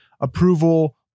approval